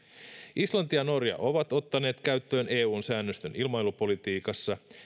islanti ja norja ovat ottaneet käyttöön eun säännöstön ilmailupolitiikassa